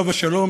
עליו השלום,